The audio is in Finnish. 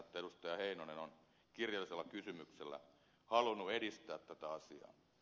heinonen on kirjallisella kysymyksellä halunnut edistää tätä asiaa